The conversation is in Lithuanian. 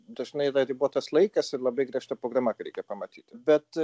dažnai yra ribotas laikas ir labai griežta programa ką reikia pamatyti bet